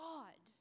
God